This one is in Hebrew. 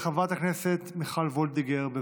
הצעות שמספרן 664, 668, 669, 761